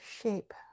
shape